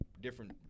different